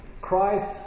Christ